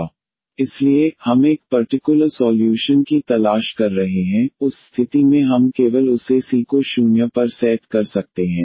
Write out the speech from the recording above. इसलिए हम एक पर्टिकुलर सॉल्यूशन की तलाश कर रहे हैं उस स्थिति में हम केवल उसे C को 0 पर सेट कर सकते हैं